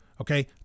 Okay